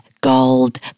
gold